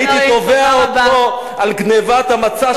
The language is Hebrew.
הייתי תובע אותו על גנבת המצע של קדימה.